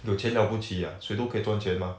有钱了不起 ah 谁都可以赚钱 mah